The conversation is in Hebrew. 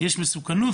יש מסוכנות,